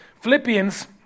Philippians